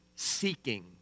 seeking